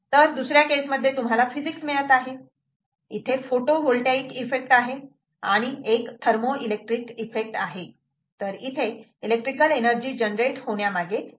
तर दुसऱ्या केस मध्ये तुम्हाला फिजिक्स मिळत आहे इथे फोटो व्होल्टाइक इफेक्ट आहे आणि एक थर्मो इलेक्ट्रिक इफेक्ट आहे तर इथे इलेक्ट्रिकल एनर्जी जनरेट होण्यामागे फिजिक्स आहे